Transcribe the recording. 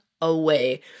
away